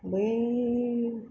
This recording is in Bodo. बै